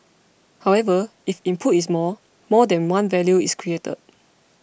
however if input is more more than one value is created